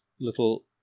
little